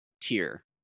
tier